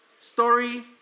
Story